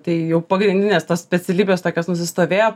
tai jau pagrindinės specialybės tokios nusistovėję